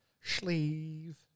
Sleeve